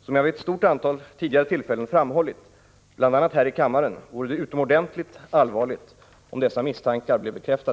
Som jag vid ett stort antal tidigare tillfällen framhållit bl.a. här i kammaren vore det utomordentligt allvarligt om dessa misstankar blev bekräftade.